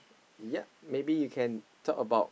yea maybe you can talk about